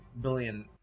billion